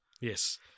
Yes